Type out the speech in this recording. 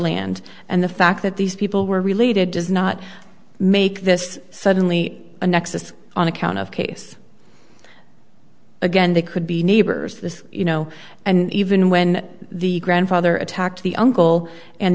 land and the fact that these people were related does not make this suddenly a nexus on account of case again they could be neighbors this you know and even when the grandfather attacked the uncle and